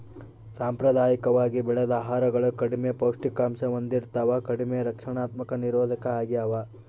ಸಾಂಪ್ರದಾಯಿಕವಾಗಿ ಬೆಳೆದ ಆಹಾರಗಳು ಕಡಿಮೆ ಪೌಷ್ಟಿಕಾಂಶ ಹೊಂದಿರ್ತವ ಕಡಿಮೆ ರಕ್ಷಣಾತ್ಮಕ ನಿರೋಧಕ ಆಗ್ಯವ